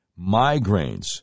migraines